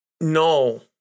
no